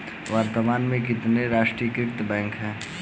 वर्तमान में कितने राष्ट्रीयकृत बैंक है?